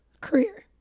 career